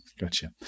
Gotcha